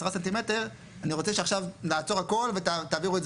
סנטימטרים אז אני רוצה שעכשיו נעצור הכול ותעבירו את זה